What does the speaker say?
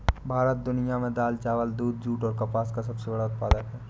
भारत दुनिया में दाल, चावल, दूध, जूट और कपास का सबसे बड़ा उत्पादक है